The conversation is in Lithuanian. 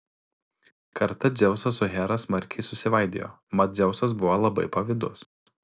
kartą dzeusas su hera smarkiai susivaidijo mat dzeusas buvo labai pavydus